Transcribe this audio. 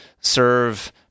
serve